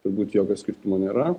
turbūt jokio skirtumo nėra